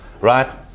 right